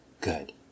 good